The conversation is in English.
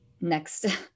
next